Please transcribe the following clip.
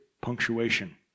punctuation